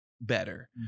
better